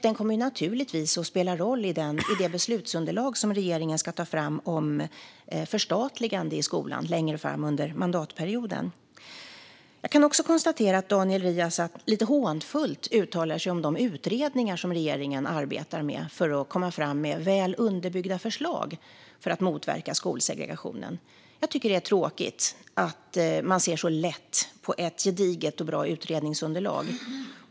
Den kommer naturligtvis också att spela roll i det beslutsunderlag som regeringen ska ta fram om förstatligande av skolan längre fram under mandatperioden. Jag kan också konstatera att Daniel Riazat uttalar sig lite hånfullt om de utredningar som regeringen arbetar med för att komma fram med väl underbyggda förslag för att motverka skolsegregationen. Jag tycker att det är tråkigt att man ser så lätt på ett gediget och bra utredningsunderlag.